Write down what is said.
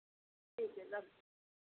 ठीक है रख